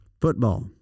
Football